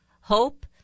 hope